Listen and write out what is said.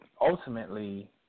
ultimately